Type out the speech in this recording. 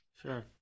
Sure